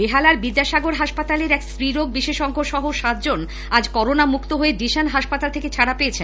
বেহালার বিদ্যাসাগর হাসপাতালের এক স্ত্রীরোগ বিশেষজ্ঞ সহ সাতজন আজ করোনা মুক্ত হয়ে ডিশান হাসপাতাল থেকে ছাড়া পেয়েছেন